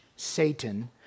satan